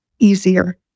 easier